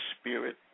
spirit